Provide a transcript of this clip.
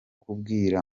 kumbwira